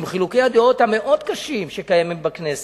עם חילוקי הדעות המאוד קשים שקיימים בכנסת,